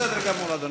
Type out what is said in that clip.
בסדר גמור, אדוני.